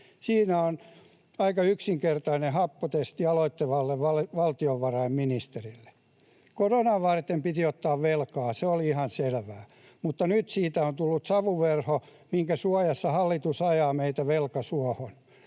Siinä on aika yksinkertainen happotesti aloittelevalle valtiovarainministerille. Koronaa varten piti ottaa velkaa, se oli ihan selvää, mutta nyt siitä on tullut savuverho, minkä suojassa hallitus ajaa meitä velkasuohon.